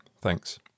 Thanks